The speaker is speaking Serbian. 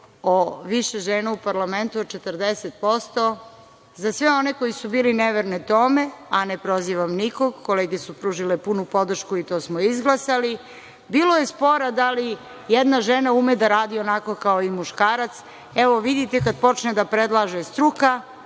o više žena u parlamentu 40% za sve one koji su bili neverne tome, a ne prozivam nikog, kolege su pružile punu podršku i to smo izglasali, bilo je spora da li jedna žena ume da radi onako kao muškara. Evo, vidite kad počne da predlaže struka,